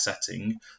setting